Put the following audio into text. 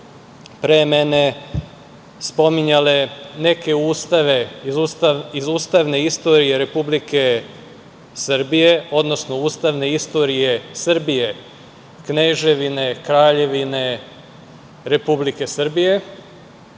pre mene spominjale iz ustave istorije Republike Srbije, odnosno ustavne istorije Srbije Kneževine, Kraljevine, Republike Srbije.